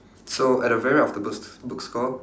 so at the very right of the books~ bookstore